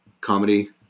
comedy